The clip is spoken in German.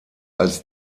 als